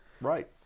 Right